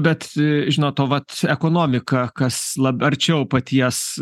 bet žinot o vat ekonomika kas lab arčiau paties